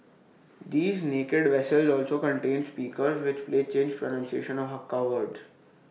these naked vessels also contain speakers which play Chin's pronunciation of Hakka words